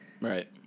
right